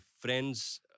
friends